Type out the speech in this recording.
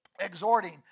Exhorting